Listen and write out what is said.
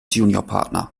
juniorpartner